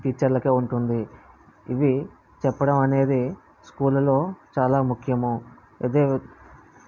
టీచర్లకు ఉంటుంది ఇవి చెప్పడం అనేది స్కూళ్ళలో చాలా ముఖ్యము అదే